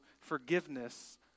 forgiveness